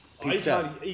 Pizza